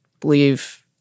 believe